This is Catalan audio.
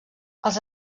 els